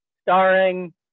starring